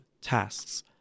tasks